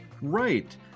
Right